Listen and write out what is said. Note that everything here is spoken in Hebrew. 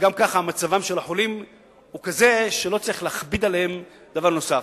שגם כך מצבם של החולים הוא כזה שלא צריך להכביד עליהם בדבר נוסף.